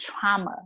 trauma